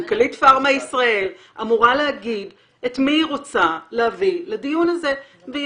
מנכ"לית פארמה ישראל אמורה להגיד את מי היא רוצה להביא לדיון הזה והיא